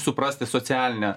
suprasti socialinę